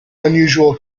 unusual